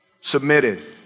submitted